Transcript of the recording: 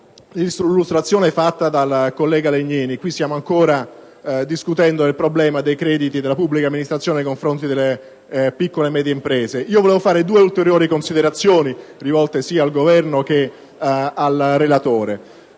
*(PD)*. Signor Presidente, stiamo ancora discutendo del problema dei crediti della pubblica amministrazione nei confronti delle piccole e medie imprese. Volevo fare due ulteriori considerazioni rivolte sia al Governo che al relatore.